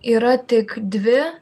yra tik dvi